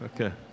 Okay